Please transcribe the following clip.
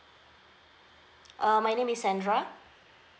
uh my name is sandra